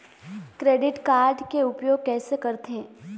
Credit card के उपयोग कैसे करथे?